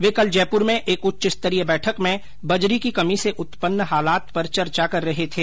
वे कल जयपुर में एक उच्च स्तरीय बैठक में बजरी की कमी से उत्पन्न हालात पर चर्चा कर रहे थे